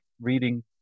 reading